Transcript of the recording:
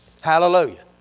Hallelujah